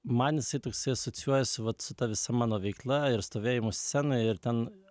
man jisai toksai asocijuojasi vat su ta visa mano veikla ir stovėjimu scenoj ir ten